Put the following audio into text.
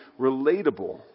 relatable